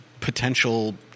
potential